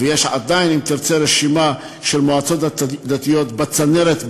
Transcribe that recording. ואם תרצה רשימה של מועצות דתיות בצנרת,